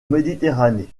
méditerranée